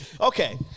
Okay